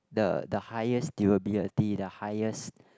the the highest deal be the highest